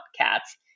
cats